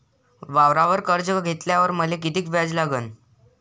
वावरावर कर्ज घेतल्यावर मले कितीक व्याज लागन?